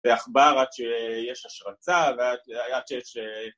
ועכבר עד שיש השרצה ועד שיש...